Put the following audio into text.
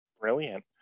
Brilliant